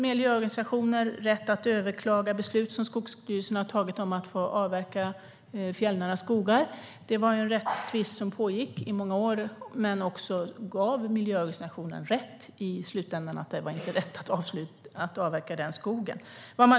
Miljöorganisationer har givits rätt att överklaga beslut som Skogsstyrelsen har fattat om att få avverka fjällnära skogar. Det fanns en rättstvist som pågick i många år och som i slutändan gav miljöorganisationen rätt i att det inte var riktigt att avverka skogen.